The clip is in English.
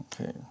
Okay